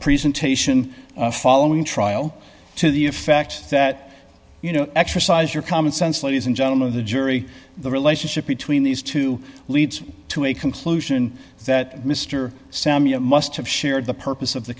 presentation following the trial to the effect that you know exercise your common sense ladies and gentlemen of the jury the relationship between these two leads to a conclusion that mr samuel must have shared the purpose of the